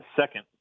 second